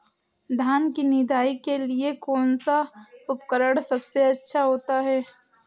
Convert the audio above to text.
धान की निदाई के लिए कौन सा उपकरण सबसे अच्छा होता है?